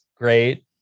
Great